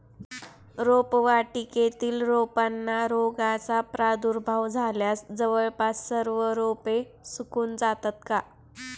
रोपवाटिकेतील रोपांना रोगाचा प्रादुर्भाव झाल्यास जवळपास सर्व रोपे सुकून जातात का?